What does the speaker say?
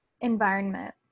environment